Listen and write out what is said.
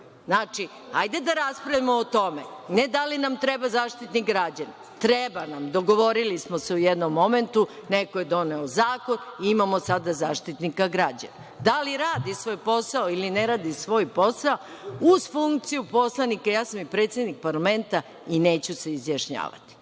hajde da raspravljamo o tome. Ne da li nam treba Zaštitnik građana. Treba nam, dogovorili smo se u jednom momentu, neko je doneo zakon i imamo sada Zaštitnika građana. Da li radi svoj posao ili ne radi svoj posao, uz funkciju poslanika, ja sam i predsednik parlamenta i neću se izjašnjavati,